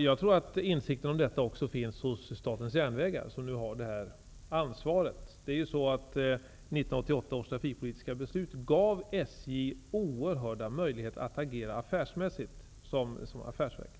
Jag tror att insikten om detta också finns hos Statens järnvägar, som nu bär ansvaret. 1988 års trafikpolitiska beslut gav SJ oerhörda möjligheter att agera affärsmässigt som affärsverk.